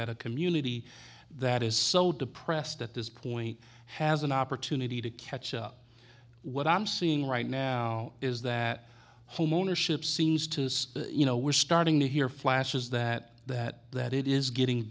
that a community that is so depressed at this point has an opportunity to catch up what i'm seeing right now is that homeownership seems to you know we're starting to hear flashes that that that it is getting